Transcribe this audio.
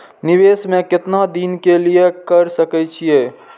निवेश में केतना दिन के लिए कर सके छीय?